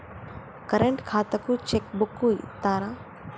Current ఖాతాకు cheque book ఇత్తరా?